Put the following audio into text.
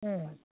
उम